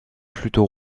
plutôt